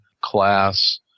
class